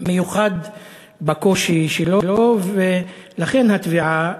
מיוחד בקושי שלו, ולכן התביעה,